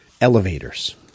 elevators